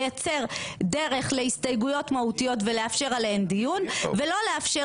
לייצר דרך להסתייגויות מהותיות ולאפשר עליהן דיון ולא לאפשר